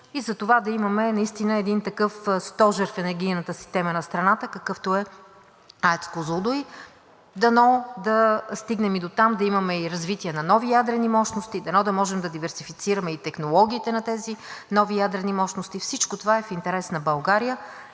и затова да имаме наистина един такъв стожер в енергийната система на страната, какъвто е АЕЦ „Козлодуй“. Дано да стигнем и дотам да имаме и развитие на нови ядрени мощности, дано да можем да диверсифицираме и технологиите на тези нови ядрени мощности. Всичко това е в интерес на България